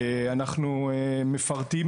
אנחנו מפרטים,